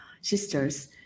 sisters